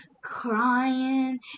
crying